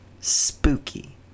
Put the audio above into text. Spooky